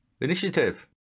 initiative